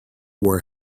were